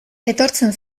etortzen